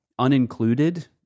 unincluded